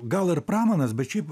gal ir pramanas bet šiaip